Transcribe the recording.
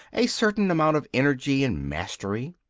a certain amount of energy and mastery?